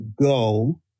go